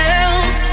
else